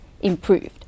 improved